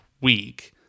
week